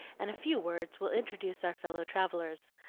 and a few words will introduce our fellow-travellers.